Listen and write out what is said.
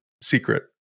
secret